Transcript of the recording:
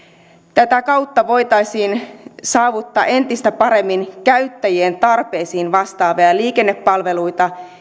tätä kautta voitaisiin saavuttaa entistä paremmin käyttäjien tarpeisiin vastaavia liikennepalveluita